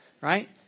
right